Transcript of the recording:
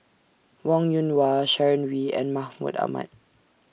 Wong Yoon Wah Sharon Wee and Mahmud Ahmad